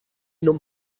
non